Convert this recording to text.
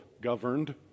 governed